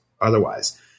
otherwise